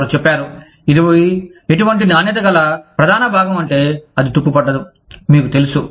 వారు చెప్పారు ఇది ఎటువంటి నాణ్యత గల ప్రధాన భాగం అంటే అది తుప్పు పట్టదు మీకు తెలుసు